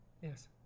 Yes